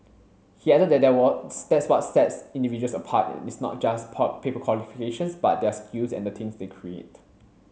he added that what sets individuals apart is not just paper qualifications but their skills and the things they create